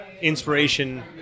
inspiration